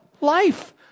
Life